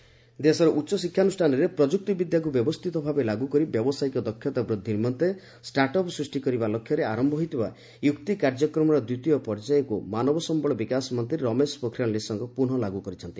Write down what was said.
HRD minister ଦେଶର ଉଚ୍ଚ ଶିକ୍ଷାନୁଷାନରେ ପ୍ରଯୁକ୍ତିବିଦ୍ୟାକୁ ବ୍ୟବସ୍ଥିତ ଭାବେ ଲାଗୁ କରି ବ୍ୟବସାୟିକ ଦକ୍ଷତା ବୃଦ୍ଧି ନିମନ୍ତେ ଷ୍ଟାର୍ଟ ଅପ୍ ସୃଷ୍ଟି କରିବା ଲକ୍ଷ୍ୟରେ ଆରମ୍ଭ ହୋଇଥିବା ୟୁକ୍ତି କାର୍ଯ୍ୟକ୍ରମର ଦ୍ୱିତୀୟ ପର୍ଯ୍ୟାୟକୁ ମାନବ ସମ୍ଭଳ ବିକାଶ ମନ୍ତ୍ରୀ ରମେଶ ପୋଖରିଆଲ୍ ନିଶଙ୍କ ପୁନଃ ଲାଗୁ କରିଛନ୍ତି